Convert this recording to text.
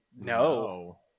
No